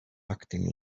acting